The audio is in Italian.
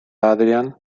adrian